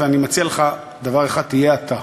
ואני מציע לך דבר אחד: תהיה אתה.